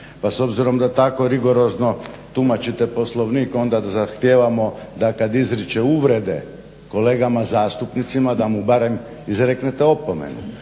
Pa s obzirom da tako rigorozno tumačite Poslovnik onda zahtijevamo da kad izriče uvrede kolegama zastupnicima da mu barem izreknete opomenu.